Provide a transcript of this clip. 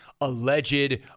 alleged